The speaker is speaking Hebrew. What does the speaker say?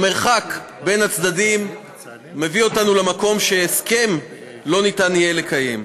המרחק בין הצדדים מביא אותנו למקום שהסכם לא ניתן יהיה לקיים,